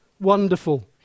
wonderful